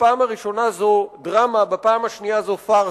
בפעם הראשונה זאת דרמה ובפעם השנייה זאת פארסה.